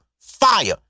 fire